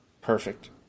Perfect